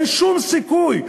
אין שום סיכוי,